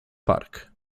park